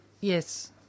yes